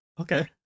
Okay